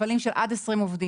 מפעלים של עד 20 עובדים,